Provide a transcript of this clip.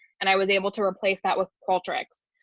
and i was able to replace that with paul tricks.